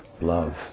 love